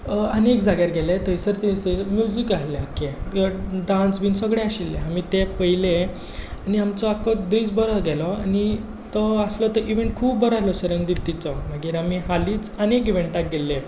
आनीक जाग्यार गेले थंयसर बी म्युजीक आसलें आख्खें डांस बिंस सगळें आशिल्लें आमी तें पळयलें आनी आमचो आख्खो दीस बरो गेलो आनी तो आसलो तो इवेंट खूब बरो आसलो सेरेनपिडिटीचो मागीर आमी हालींच आनीक एक इवेंटाक गेल्ले